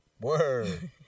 Word